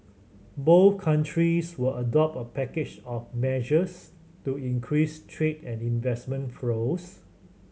both countries will adopt a package of measures to increase trade and investment flows